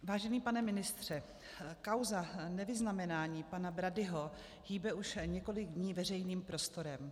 Vážený pane ministře, kauza nevyznamenání pana Bradyho hýbe už několik dní veřejným prostorem.